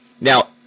Now